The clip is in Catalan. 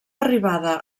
arribada